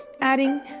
adding